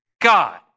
God